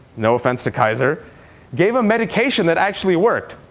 no offense to kaiser give him medication that actually worked.